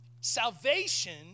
Salvation